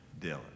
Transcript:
Dylan